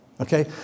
okay